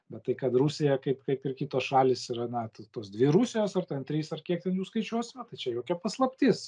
bet tai kad rusija kaip kaip ir kitos šalys yra na tos dvi rusijos ar ten trys ar kiek ten jų skaičiuosime tai čia jokia paslaptis